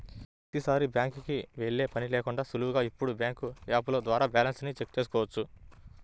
ప్రతీసారీ బ్యాంకుకి వెళ్ళే పని లేకుండానే సులువుగా ఇప్పుడు బ్యాంకు యాపుల ద్వారా బ్యాలెన్స్ ని చెక్ చేసుకోవచ్చు